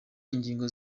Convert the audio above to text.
ingingo